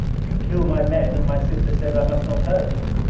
you kill my men, and my sister says i must not hurt you.